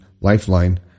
Lifeline